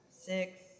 Six